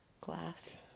glass